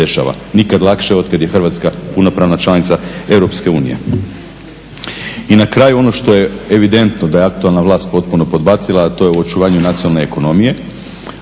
nikad lakše od kad je Hrvatska puno pravna članica EU. I na kraju ono što je evidentno da je aktualna vlast potpuno podbacila, a to je u očuvanju nacionalne ekonomije.